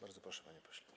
Bardzo proszę, panie pośle.